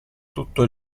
tutto